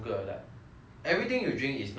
everything you drink is non-sugar meh